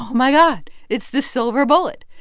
um my god. it's the silver bullet.